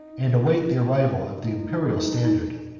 and wait the arrival of the imperial standard.